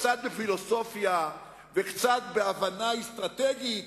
קצת בפילוסופיה וקצת בהבנה אסטרטגית,